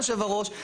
היושב-ראש,